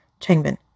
Chengbin